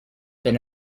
been